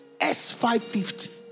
S550